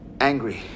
Angry